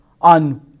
on